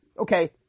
okay